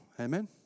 Amen